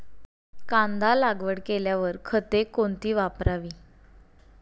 कांदा लागवड केल्यावर खते कोणती वापरावी?